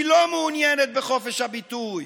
היא לא מעוניינת בחופש הביטוי.